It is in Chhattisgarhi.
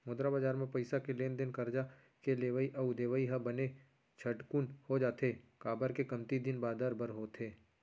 मुद्रा बजार म पइसा के लेन देन करजा के लेवई अउ देवई ह बने झटकून हो जाथे, काबर के कमती दिन बादर बर होथे